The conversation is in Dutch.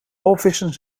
walvissen